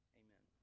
amen